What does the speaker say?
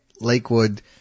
Lakewood